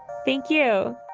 thank you.